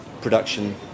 production